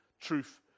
Truth